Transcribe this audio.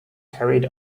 carried